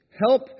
Help